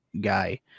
guy